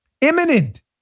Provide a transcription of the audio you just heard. Imminent